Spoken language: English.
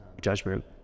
judgment